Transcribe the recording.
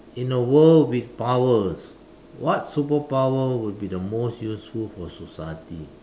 in a world with powers what superpower would be the most useful for society